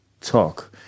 Talk